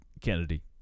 Kennedy